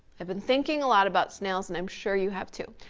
i've been thinking a lot about snails and i'm sure you have too.